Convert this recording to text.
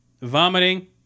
Vomiting